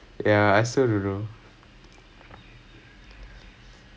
wait does he know your name he he at least addresses you by your name right